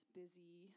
busy